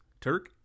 Turk